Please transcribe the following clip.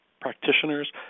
practitioners